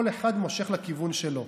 כל אחד מושך לכיוון שלו,